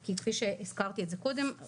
כי כפי שהזכרתי את זה קודם,